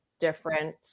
Different